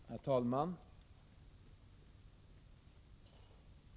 Herr talman!